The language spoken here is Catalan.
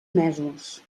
mesos